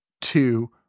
two